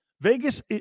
Vegas